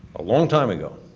a long time ago,